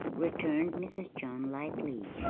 returned mrs. john lightly.